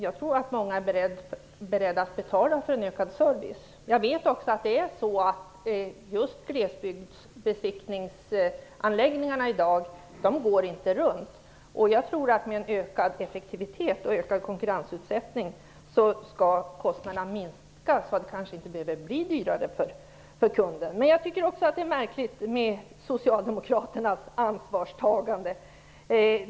Jag tror att många är beredda att betala för en ökad service. Jag vet också att just glesbygdsbesiktningsanläggningarna i dag inte går runt. Jag tror att med ökad effektivitet och ökad konkurrensutsättning skall kostnaderna minska så att det kanske inte behöver bli dyrare för kunden. Jag tycker också att det är märkligt med socialdemokraternas ansvarstagande.